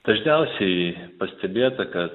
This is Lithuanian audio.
dažniausiai pastebėta kad